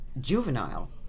juvenile